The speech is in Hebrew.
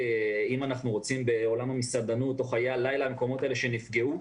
אם אנחנו רוצים בעולם המסעדנות או בחיי הלילה או במקומות האלה שנפגעו.